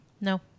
No